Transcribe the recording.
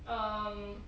um